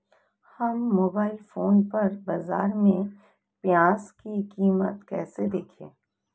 हम mobile phone पर बाज़ार में प्याज़ की कीमत कैसे देखें?